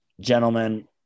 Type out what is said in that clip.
gentlemen